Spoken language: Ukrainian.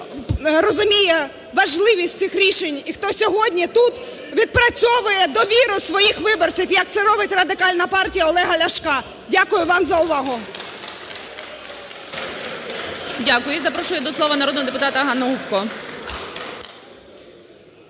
залі розуміє важливість цих рішень і хто сьогодні тут відпрацьовує довіру своїх виборців, як це робить Радикальна партія Олега Ляшка. Дякую вам за увагу. ГОЛОВУЮЧИЙ. Дякую. Запрошую до слова народного депутата Ганну Гопко.